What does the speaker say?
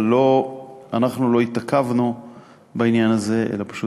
אבל אנחנו לא התעכבנו בעניין הזה, אלא פשוט